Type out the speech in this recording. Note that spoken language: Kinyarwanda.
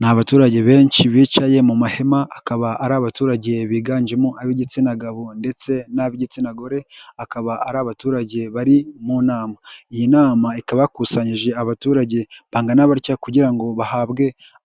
Ni abaturage benshi bicaye mu mahema akaba ari abaturage biganjemo ab'igitsina gabo ndetse n'ab'igitsina gore akaba ari abaturage bari mu nama, iyi nama ikaba yakusanyije abaturage bangana batya kugira ngo bahabwe